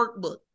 workbook